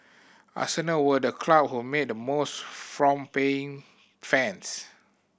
Arsenal were the club who made the most from paying fans